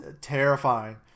terrifying